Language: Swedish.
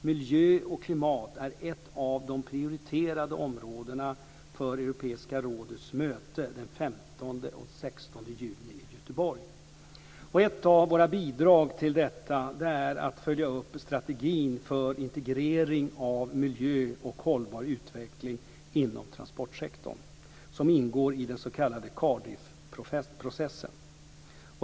Miljö och klimat är ett av de prioriterade områdena för Europeiska rådets möte den 15 och 16 juni i Göteborg. Ett av våra bidrag till detta är att följa upp strategin för integrering av miljö och hållbar utveckling inom transportsektorn som ingår i den s.k. Cardiffprocessen.